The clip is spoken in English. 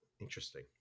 interesting